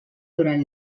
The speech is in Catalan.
durant